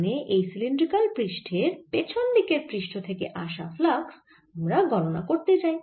মানে এই সিলিন্ড্রিকাল পৃষ্ঠের পেছন দিকের পৃষ্ঠ থেকে আসা ফ্লাক্স আমরা গণনা করতে চাই